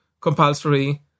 compulsory